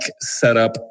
setup